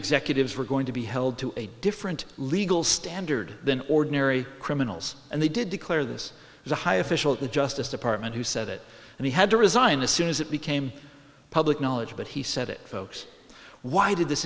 executives were going to be held to a different legal standard than ordinary criminals and they did declare this the high official at the justice department who said it and he had to resign as soon as it became public knowledge but he said it folks why did this